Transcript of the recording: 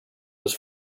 was